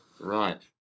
Right